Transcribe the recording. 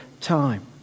time